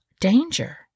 danger